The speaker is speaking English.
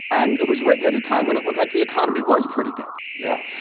and it was written at a time when it looks like the economy was pretty good yeah,